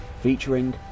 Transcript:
featuring